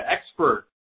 expert